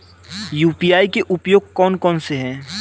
UPI के उपयोग कौन कौन से हैं?